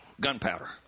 gunpowder